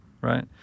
right